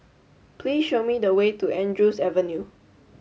please show me the way to Andrews Avenue